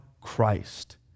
Christ